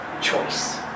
choice